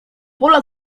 pola